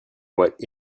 what